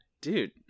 dude